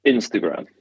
Instagram